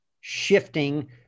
shifting